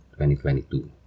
2022